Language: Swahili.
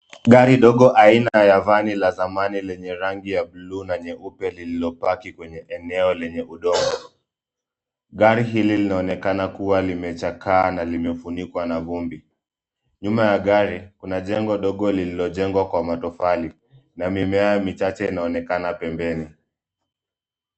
Gari dogo aina ya vani la zamani lenye rangi ya bluu na nyeupe lililopaki kwenye eneo lenye udongo. Gari hili linaonekana kuwa limechakaa na limefunikwa na vumbi. Nyuma ya gari, kuna jengo ndogo lililojengwa kwa matofali, na mimea michache inaonekana pembeni.